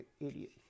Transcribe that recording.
idiot